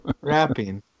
Rapping